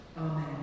Amen